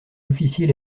officiers